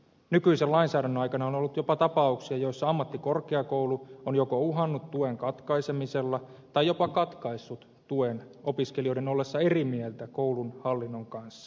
nykyisen lainsäädännön aikana on ollut jopa tapauksia joissa ammattikorkeakoulu on joko uhannut tuen katkaisemisella tai jopa katkaissut tuen opiskelijoiden ollessa eri mieltä koulun hallinnon kanssa